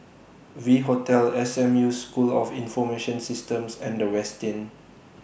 V Hotel S M U School of Information Systems and The Westin